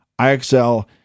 IXL